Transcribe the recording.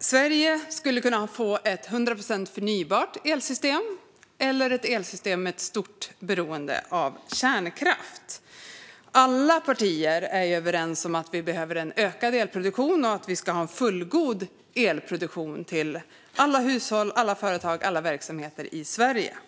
Sverige skulle kunna få ett 100 procent förnybart elsystem eller ett elsystem med ett stort beroende av kärnkraft. Alla partier är överens om att vi behöver en ökad elproduktion och att vi ska ha en fullgod elproduktion till alla hushåll, alla företag och alla verksamheter i Sverige.